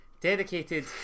dedicated